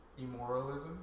immoralism